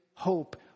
Hope